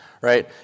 right